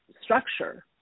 structure